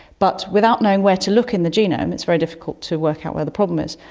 but without knowing where to look in the genome it's very difficult to work out where the problem is.